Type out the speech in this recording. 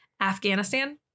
Afghanistan